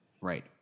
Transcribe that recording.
Right